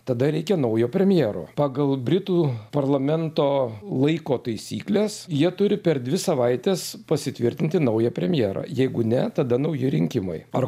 tada reikia naujo premjero pagal britų parlamento laiko taisykles jie turi per dvi savaites pasitvirtinti naują premjerą jeigu ne tada nauji rinkimai ar